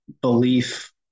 belief